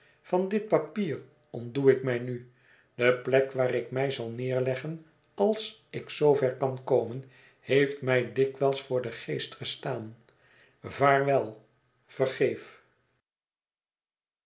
van dit papier ontdoe ik mij nu de plek waar ik mij zal neerleggen als ik zoover kan komen heeft mij dikwijls voor den geest gestaan vaarwel vergeef